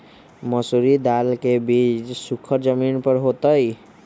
मसूरी दाल के बीज सुखर जमीन पर होतई?